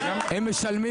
אמי פלמור לשעבר מנכ"ל משרד